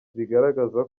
bigaragaza